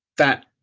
that.